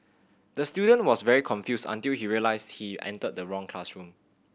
the student was very confused until he realised he entered the wrong classroom